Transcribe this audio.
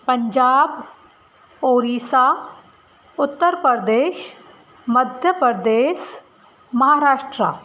Punjab Odisha Uttar Pradesh Madhya Pradesh Maharashtra